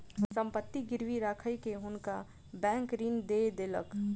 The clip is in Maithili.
संपत्ति गिरवी राइख के हुनका बैंक ऋण दय देलक